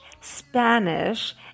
Spanish